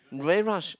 very rush